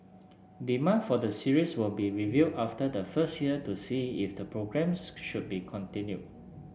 demand for the series will be reviewed after the first year to see if the programmes should be continued